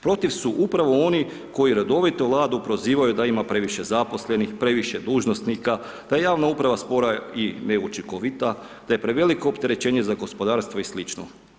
Protiv su upravo oni koji redovito Vladu prozivaju da ima previše zaposlenih, previše dužnosnika, da javna uprava spora je i neučinkovita te je preveliko opterećenje za gospodarstvo i slično.